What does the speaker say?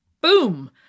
Boom